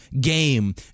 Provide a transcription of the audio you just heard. game